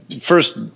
first